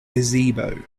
gazebo